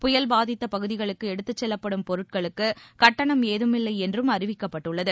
புயல் பாதித்த பகுதிகளுக்கு எடுத்துச் செல்லப்படும் பொருட்களுக்கு கட்டணம் ஏதும் இல்லை என்றும் அறிவிக்கப்பட்டுள்ளது